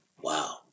Wow